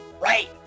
right